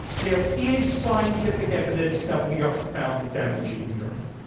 there is scientific evidence that we are profoundly damaging the earth.